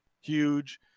huge